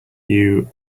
you